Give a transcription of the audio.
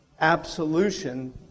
absolution